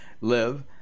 live